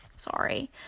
Sorry